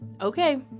okay